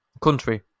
country